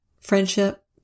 friendship